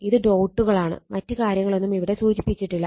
ഇത് ഡോട്ടുകളാണ് മറ്റ് കാര്യങ്ങളൊന്നും ഇവിടെ സൂചിപ്പിച്ചിട്ടില്ല